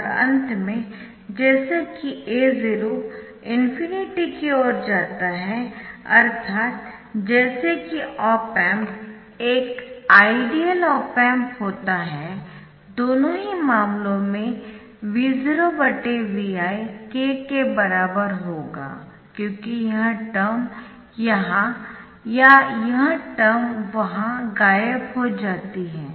और अंत में जैसा कि A0 ∞ की ओर जाता है अर्थात् जैसा कि ऑप एम्प एक आइडियल ऑप एम्प होता है दोनों ही मामलों में V0 Vi k के बराबर होगा क्योंकि यह टर्म यहाँ या यह टर्म वहाँ गायब हो जाती है